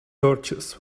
torches